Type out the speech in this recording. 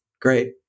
Great